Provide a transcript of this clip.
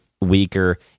weaker